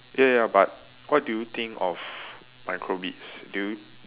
ya ya ya but what do you think of micro bits do you